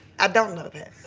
i don't know that.